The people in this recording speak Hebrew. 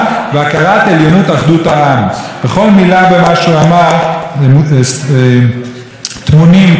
בכל מילה במה שהוא אמר טמונים כל היסודות כדי להגיע להסדר בעניין הזה.